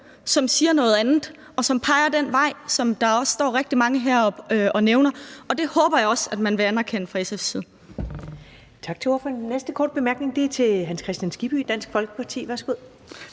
som siger noget andet, og som peger den vej, som der også står rigtig mange heroppe og nævner, og det håber jeg også man vil anerkende fra SF's side.